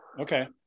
Okay